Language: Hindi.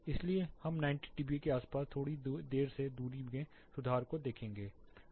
इसलिए हम 90 dBA के आसपास थोड़ी देर में दूरी के सुधार को देखेंगे